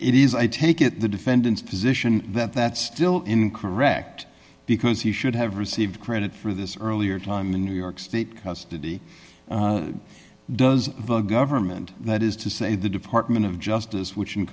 it is i take it the defendant's position that that's still incorrect because you should have received credit for this earlier time in new york state custody does the government that is to say the department of justice which